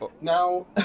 Now